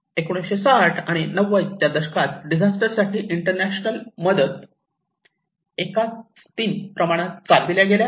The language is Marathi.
60 आणि 90 च्या दशकात डिजास्टर साठी इंटरनॅशनल मदत 1 3 प्रमाणात चालविल्या गेल्या